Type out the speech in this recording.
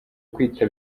kwita